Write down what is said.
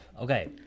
Okay